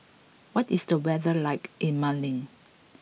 what is the weather like in Mali